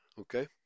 okay